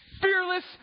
fearless